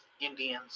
indians